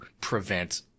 prevent